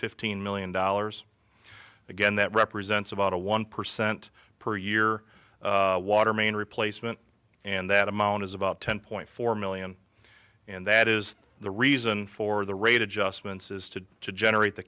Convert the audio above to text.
fifteen million dollars again that represents about a one percent per year water main replacement and that amount is about ten point four million and that is the reason for the rate adjustments is to generate the